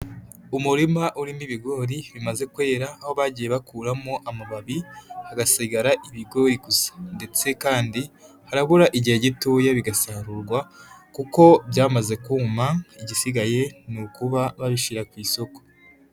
Umurima urimo ibigori bimaze kwera, aho bagiye bakuramo amababi hagasigara ibigori gusa, ndetse kandi harabura igihe gitoya bigasarurwa kuko byamaze kuma, igisigaye ni ukuba babishyira ku isoko.